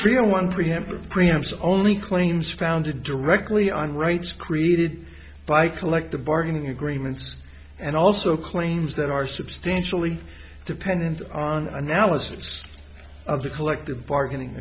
trio one preemptive premiums only claims founded directly on rights created by collective bargaining agreements and also claims that are substantially dependent on analysis of the collective bargaining